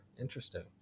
Interesting